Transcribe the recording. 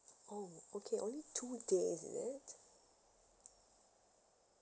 oh okay only two days is it